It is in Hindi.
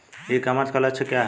ई कॉमर्स का लक्ष्य क्या है?